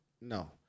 No